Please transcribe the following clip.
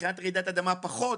מבחינת רעידת אדמה פחות,